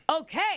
okay